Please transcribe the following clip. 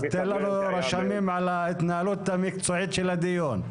אז תן לנו רשמים על ההתנהלות המקצועית של הדיון.